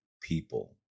people